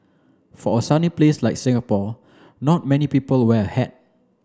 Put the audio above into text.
for a sunny place like Singapore not many people wear a hat